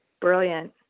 Brilliant